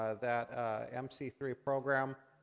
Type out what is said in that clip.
ah that m c three program,